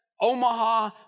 Omaha